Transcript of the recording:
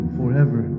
forever